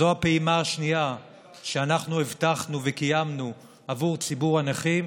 זאת הפעימה השנייה שאנחנו הבטחנו וקיימנו עבור ציבור הנכים.